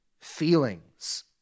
feelings